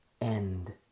end